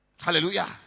Hallelujah